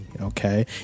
Okay